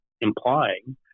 implying